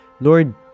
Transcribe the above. Lord